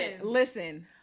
Listen